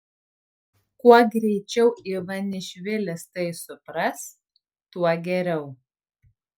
kuo greičiau ivanišvilis tai supras tuo geriau